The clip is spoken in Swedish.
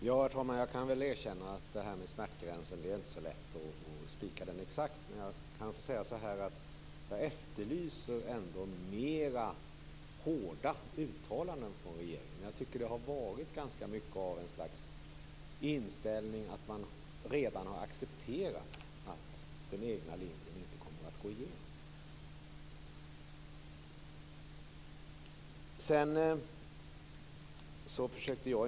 Herr talman! Jag kan väl erkänna att det inte är så lätt att exakt spika det här med smärtgräns. Jag efterlyser ändå hårdare uttalanden från regeringen. Det har varit, tycker jag, ganska mycket av ett slags inställning att man redan har accepterat att den egna linjen inte kommer att gå igenom.